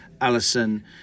Alison